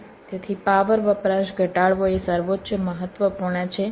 તેથી પાવર વપરાશ ઘટાડવો એ સર્વોચ્ચ મહત્વપૂર્ણ છે